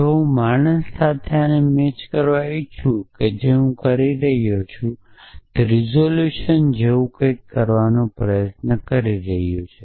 જો હું માણસ સાથે આને મેચ કરવા ઇચ્છું છું તેથી હું જે કરવાનો પ્રયાસ કરી રહ્યો છું તે રીઝોલ્યુશન જેવું કંઈક કરવાનો પ્રયાસ કરી રહ્યો છું